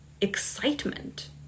excitement